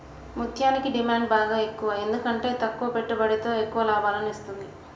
ముత్యనికి డిమాండ్ బాగ ఎక్కువ ఎందుకంటే తక్కువ పెట్టుబడితో ఎక్కువ లాభాలను ఇత్తుంది